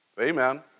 Amen